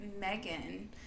Megan